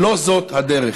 לא זאת הדרך.